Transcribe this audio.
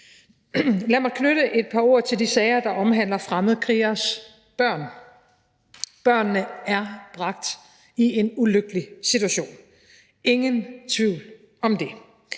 Lad mig knytte et par ord til de sager, der omhandler fremmedkrigeres børn. Børnene er bragt i en ulykkelig situation – ingen tvivl om det.